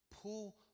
pull